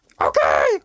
Okay